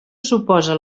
suposa